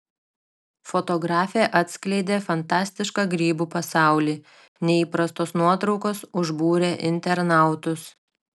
fotografė atskleidė fantastišką grybų pasaulį neįprastos nuotraukos užbūrė internautus